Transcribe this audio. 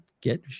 get